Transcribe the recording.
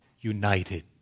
united